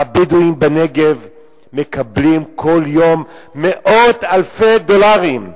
הבדואים בנגב מקבלים כל יום מאות אלפי דולרים,